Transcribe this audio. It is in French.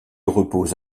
repose